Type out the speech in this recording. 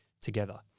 together